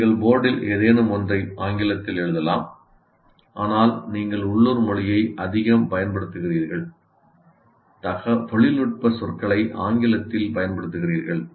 நீங்கள் போர்டில் ஏதேனும் ஒன்றை ஆங்கிலத்தில் எழுதலாம் ஆனால் நீங்கள் உள்ளூர் மொழியை அதிகம் பயன்படுத்துகிறீர்கள் தொழில்நுட்ப சொற்களை ஆங்கிலத்தில் பயன்படுத்துகிறீர்கள்